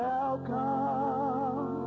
Welcome